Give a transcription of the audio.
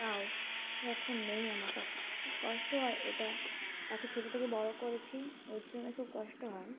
তাও সে এখন নেই আমার কাছে খুব কষ্ট হয় এটা তাকে ছোটো থেকে বড়ো করেছি ওর জন্য খুব কষ্ট হয়